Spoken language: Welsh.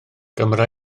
gymra